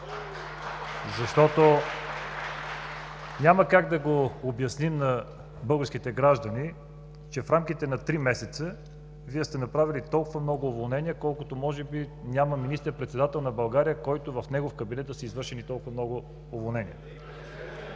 Защото няма как да го обясним на българските граждани, че в рамките на три месеца Вие сте направили толкова много уволнения, колкото, може би, няма министър-председател на България, на който в негов кабинет да са извършени толкова много уволнения.